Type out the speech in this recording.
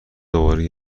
دوباره